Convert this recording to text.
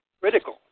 critical